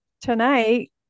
tonight